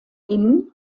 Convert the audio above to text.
inn